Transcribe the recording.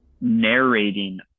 narrating